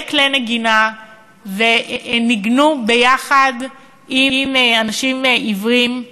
כלי נגינה וניגנו יחד עם אנשים עיוורים,